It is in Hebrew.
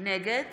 נגד